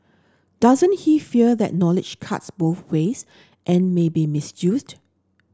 doesn't he fear that knowledge cuts both ways and may be misused